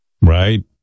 right